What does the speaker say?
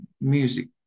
music